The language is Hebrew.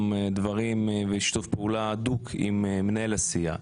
דברים ושיתוף פעולה הדוק עם מנהל הסיעה.